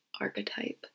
archetype